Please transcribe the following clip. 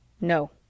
No